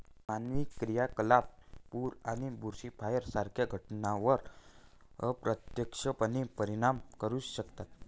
मानवी क्रियाकलाप पूर आणि बुशफायर सारख्या घटनांवर अप्रत्यक्षपणे परिणाम करू शकतात